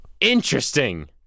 Interesting